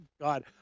God